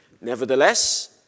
Nevertheless